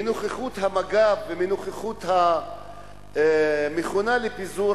מנוכחות המג"ב ומנוכחות המכונה לפיזור